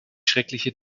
schreckliche